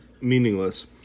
meaningless